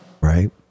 Right